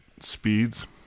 speeds